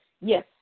Yes